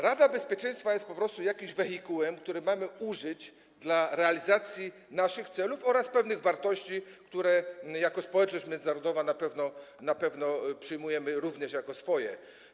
Rada Bezpieczeństwa jest po prostu jakimś wehikułem, którego mamy użyć do realizacji naszych celów oraz pewnych wartości, które jako społeczność międzynarodowa na pewno przyjmujemy również jako swoje.